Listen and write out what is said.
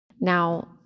Now